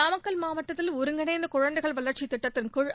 நாமக்கல் மாவட்டத்தில் ஒருங்கிணைந்த குழந்தைகள் வளர்ச்சி திட்டத்தின் கீழ்